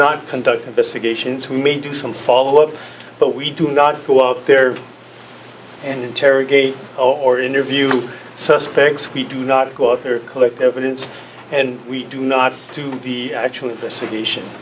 not conduct investigations we need to do some follow up but we do not go out there and interrogate or interview suspects we do not go out there collect evidence and we do not do the actual investigation